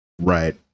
Right